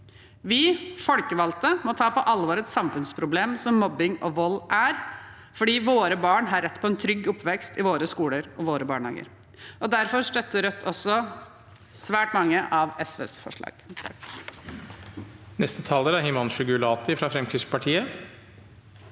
Vi folkevalgte må ta på alvor et samfunnsproblem som mobbing og vold er, fordi våre barn har rett på en trygg oppvekst i våre skoler og barnehager. Derfor støtter Rødt også svært mange av SVs forslag.